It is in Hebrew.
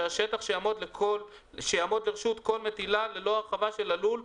אני מנסה בכל כוחי להפעיל את כל המערכת להתכנס לדבר הזה.